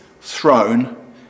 throne